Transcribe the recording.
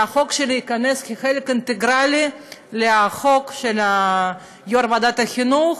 והחוק שלי ייכנס כחלק אינטגרלי לחוק של יו"ר ועדת החינוך,